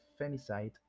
femicide